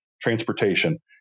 transportation